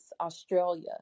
Australia